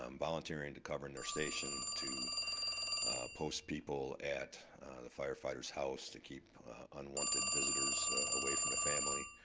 um volunteering to covering their station, to post people at the firefighter's house to keep unwanted visitors away from the family,